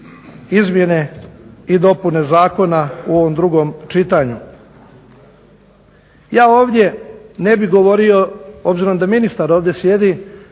izmjene i dopune zakona u ovom drugom čitanju. Ja ovdje ne bih govorio, obzirom da ministar ovdje sjedi,